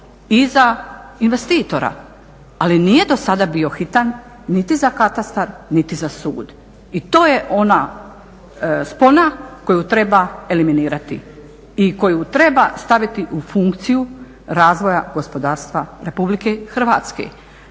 i za investitora. Ali nije do sada bio hitan niti za katastar niti za sud i to je ona spona koju treba eliminirati i koju treba staviti u funkciju razvoja gospodarstva RH.